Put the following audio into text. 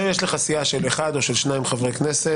מנתה הסיעה בין חבר כנסת אחד לשלושה חברי הכנסת,